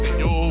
yo